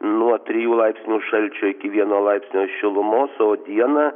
nuo trijų laipsnių šalčio iki vieno laipsnio šilumos o dieną